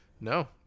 No